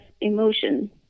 emotion